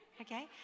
okay